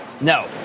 No